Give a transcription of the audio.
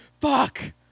fuck